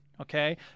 Okay